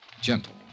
gentle